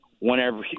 whenever